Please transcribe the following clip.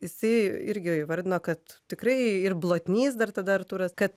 jisai irgi įvardino kad tikrai ir blotnys dar tada artūras kad